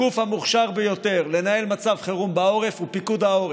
הגוף המוכשר ביותר לנהל מצב חירום בעורף הוא פיקוד העורף.